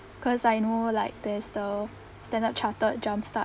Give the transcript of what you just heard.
cause I know like there's the Standard Chartered jump start